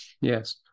Yes